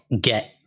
get